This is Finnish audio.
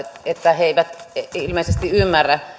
he he eivät ilmeisesti ymmärrä